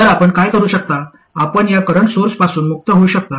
तर आपण काय करू शकता आपण या करंट सोर्सपासून मुक्त होऊ शकता